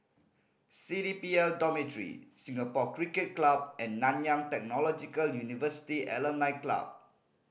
C D P L Dormitory Singapore Cricket Club and Nanyang Technological University Alumni Club